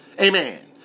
Amen